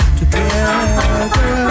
together